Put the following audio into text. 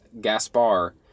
Gaspar